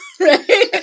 right